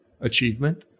achievement